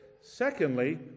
Secondly